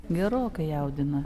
gerokai jaudina